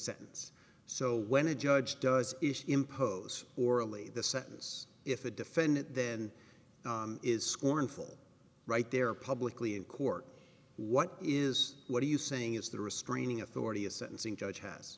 sentence so when a judge does impose orally the sentence if the defendant then is scornful right there publicly court what is what are you saying is the restraining authority of sentencing judge has